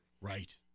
Right